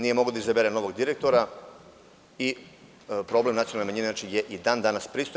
Nije moglo da izabere novog direktora i problem nacionalne manjine je i dan danas prisutan.